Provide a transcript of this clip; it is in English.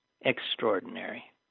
extraordinary